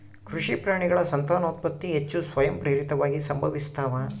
ಕೃಷಿ ಪ್ರಾಣಿಗಳ ಸಂತಾನೋತ್ಪತ್ತಿ ಹೆಚ್ಚು ಸ್ವಯಂಪ್ರೇರಿತವಾಗಿ ಸಂಭವಿಸ್ತಾವ